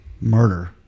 murder